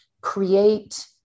create